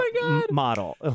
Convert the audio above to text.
model